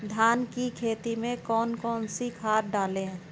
धान की खेती में कौन कौन सी खाद डालें?